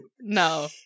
No